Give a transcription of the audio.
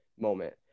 moment